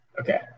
Okay